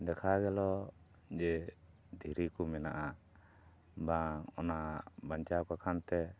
ᱫᱮᱠᱷᱟ ᱜᱮᱞᱚ ᱡᱮ ᱫᱷᱤᱨᱤ ᱠᱚ ᱢᱮᱱᱟᱜᱼᱟ ᱵᱟᱝ ᱚᱱᱟ ᱵᱟᱧᱪᱟᱣ ᱵᱟᱠᱷᱟᱱ ᱛᱮ